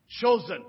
chosen